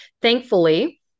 thankfully